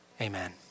amen